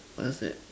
what's that